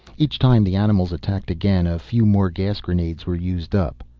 each time the animals attacked again, a few more gas grenades were used up.